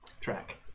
track